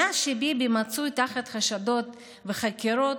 מאז שביבי מצוי תחת חשדות וחקירות,